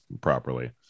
properly